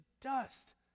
dust